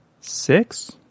six